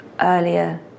earlier